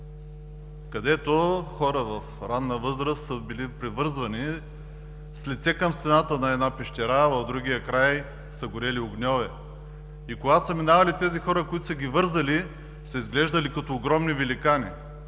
където хора в ранна възраст са били привързвани с лице към стената на една пещера, а в другия край са горели огньове. Когато са минавали хората, които са ги вързали, са изглеждали като огромни великани,